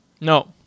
No